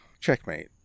checkmate